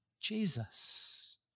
Jesus